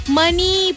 money